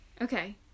Okay